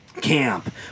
camp